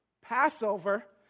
passover